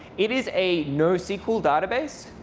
it is a nosql database.